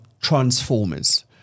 transformers